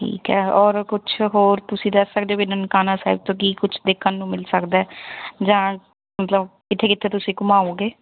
ਠੀਕ ਹੈ ਔਰ ਕੁਛ ਹੋਰ ਤੁਸੀਂ ਦੱਸ ਸਕਦੇ ਹੋ ਵੀ ਨਨਕਾਣਾ ਸਾਹਿਬ ਤੋਂ ਕੀ ਕੁਛ ਦੇਖਣ ਨੂੰ ਮਿਲ ਸਕਦਾ ਜਾਂ ਮਤਲਬ ਕਿੱਥੇ ਕਿੱਥੇ ਤੁਸੀਂ ਘੁਮਾਓਂਗੇ